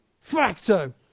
Facto